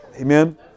amen